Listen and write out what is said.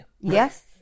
Yes